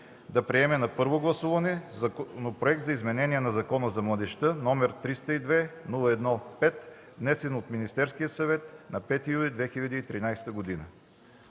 да приеме на първо гласуване Законопроект за изменение на Закона за младежта, № 302-01-5, внесен от Министерски съвет на 5 юли 2013 г.”